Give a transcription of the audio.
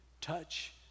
Touch